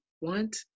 want